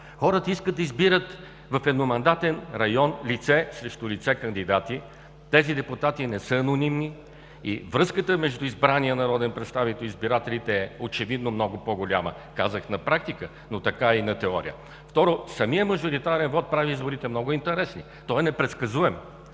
Хората искат да избират в едномандатен район лице срещу лице кандидати. Тези депутати не са анонимни. Връзката между избрания народен представител и избирателите очевидно е много по-голяма. Казах на практика, но така е и на теория. Второ, самият мажоритарен вот прави изборите много интересни, той е непредсказуем.